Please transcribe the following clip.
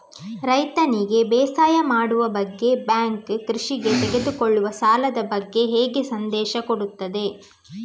ರೈತನಿಗೆ ಬೇಸಾಯ ಮಾಡುವ ಬಗ್ಗೆ ಬ್ಯಾಂಕ್ ಕೃಷಿಗೆ ತೆಗೆದುಕೊಳ್ಳುವ ಸಾಲದ ಬಗ್ಗೆ ಹೇಗೆ ಸಂದೇಶ ಕೊಡುತ್ತದೆ?